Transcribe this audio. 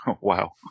Wow